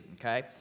Okay